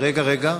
רגע, רגע.